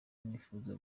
nifuza